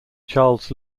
charles